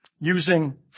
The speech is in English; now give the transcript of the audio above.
Using